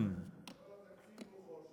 כל התקציב הוא חור שחור.